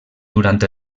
durant